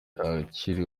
akiri